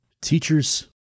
Teachers